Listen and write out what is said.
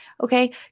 okay